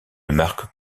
marque